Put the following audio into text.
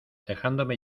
dejándome